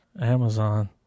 Amazon